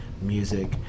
music